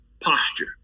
posture